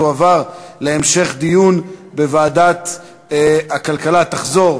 לוועדת הכלכלה נתקבלה.